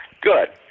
good